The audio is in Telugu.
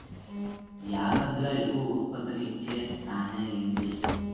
యాసంగిలో ఎక్కువ ఉత్పత్తిని ఇచే ధాన్యం ఏంటి?